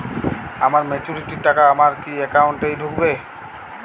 আমার ম্যাচুরিটির টাকা আমার কি অ্যাকাউন্ট এই ঢুকবে?